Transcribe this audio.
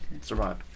survive